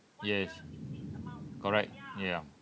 yes correct ya